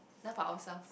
enough of ourselves